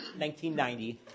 1990